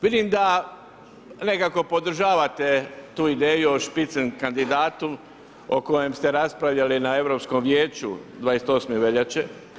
Vidim da nekako podržavate tu ideju o spitzenkandidatu o kojem ste raspravljali na Europskom vijeću 28. veljače.